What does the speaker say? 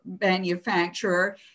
manufacturer